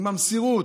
עם המסירות.